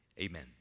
amen